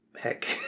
heck